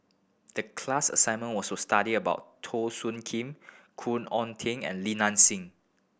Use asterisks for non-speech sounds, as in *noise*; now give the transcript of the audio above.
the class assignment was to study about Teo Soon Kim Khoon Oon *unintelligible* and Li Nanxing